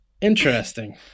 Interesting